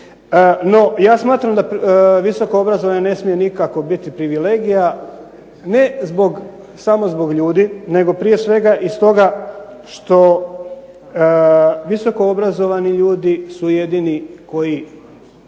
No ja smatram da visoko obrazovanje ne smije nikako biti privilegija, ne zbog, samo zbog ljudi, nego prije svega i stoga što visoko obrazovani ljudi su jedini koji